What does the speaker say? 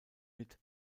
mit